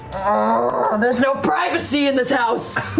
ah there's no privacy in this house!